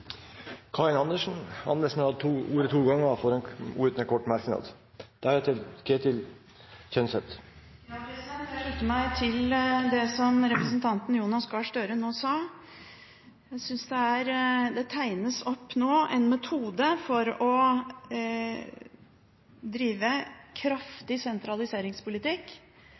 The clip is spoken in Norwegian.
Karin Andersen har hatt ordet to ganger tidligere og får ordet til en kort merknad, begrenset til 1 minutt. Jeg slutter meg til det som representanten Jonas Gahr Støre nå sa. Det tegnes nå opp en metode for å drive kraftig sentraliseringspolitikk,